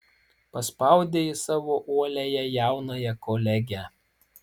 paspaudė ji savo uoliąją jaunąją kolegę